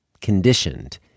conditioned